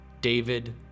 David